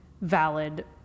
valid